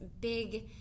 big